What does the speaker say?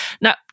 Now